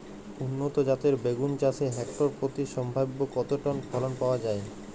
উন্নত জাতের বেগুন চাষে হেক্টর প্রতি সম্ভাব্য কত টন ফলন পাওয়া যায়?